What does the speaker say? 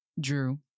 Drew